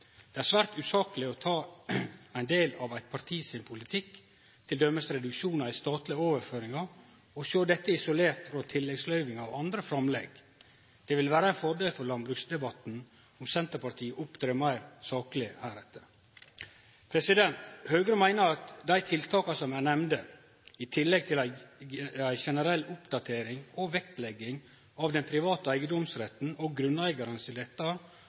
reduksjonar i statlege overføringar, og sjå dette isolert frå tilleggsløyvingar og andre framlegg. Det vil vere ein fordel for landbruksdebatten om Senterpartiet opptrer meir sakleg heretter. Høgre meiner at dei tiltaka som eg nemnde, i tillegg til ei generell oppdatering og vektlegging av den private eigedomsretten og